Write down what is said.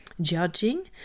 judging